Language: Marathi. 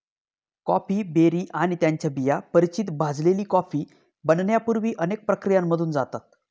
कॉफी बेरी आणि त्यांच्या बिया परिचित भाजलेली कॉफी बनण्यापूर्वी अनेक प्रक्रियांमधून जातात